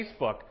Facebook